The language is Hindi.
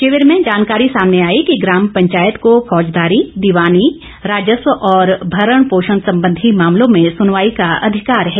शिविर में जानकारी सामने आई कि ग्राम पंचायत को फौजदारी दीवानी राजस्व और भरण पोषण संबंधी मामलों में सुनवाई का अधिकार है